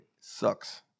sucks